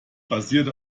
basiert